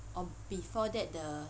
or before that the